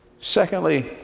Secondly